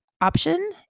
option